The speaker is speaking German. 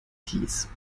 kies